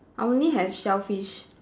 I only have shellfish